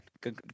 Good